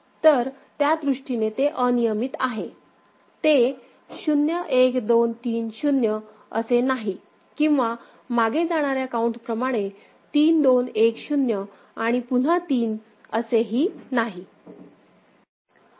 तर त्या दृष्टीने ते अनियमित आहे ते 0 1 2 3 0 नाही किंवा मागे जाणाऱ्या काउंट प्रमाणे 3 2 1 0 आणि पुन्हा 3 असे नाही